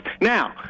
Now